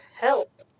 help